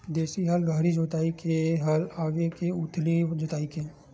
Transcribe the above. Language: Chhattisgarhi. देशी हल गहरी जोताई के हल आवे के उथली जोताई के?